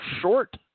short